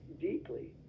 deeply